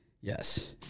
Yes